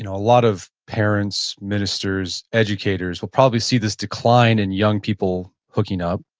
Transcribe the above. you know a lot of parents, ministers, educators will probably see this decline in young people hooking up,